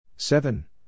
Seven